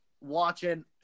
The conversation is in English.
watching